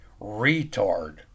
retard